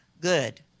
good